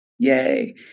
Yay